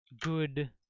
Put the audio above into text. good